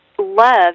love